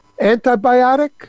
antibiotic